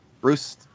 Bruce